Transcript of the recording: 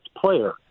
player